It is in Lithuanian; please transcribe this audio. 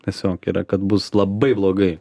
tiesiog yra kad bus labai blogai